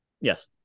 Yes